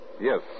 Yes